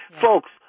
Folks